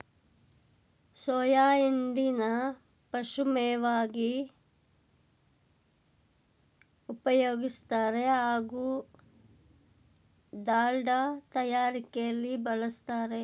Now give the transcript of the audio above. soya ಹಿಂಡಿನ ಪಶುಮೇವಾಗಿ ಉಪಯೋಗಿಸ್ತಾರೆ ಹಾಗೂ ದಾಲ್ಡ ತಯಾರಿಕೆಲಿ ಬಳುಸ್ತಾರೆ